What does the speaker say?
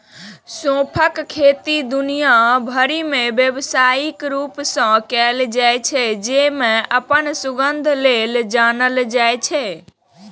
सौंंफक खेती दुनिया भरि मे व्यावसायिक रूप सं कैल जाइ छै, जे अपन सुगंध लेल जानल जाइ छै